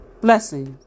Blessings